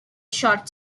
short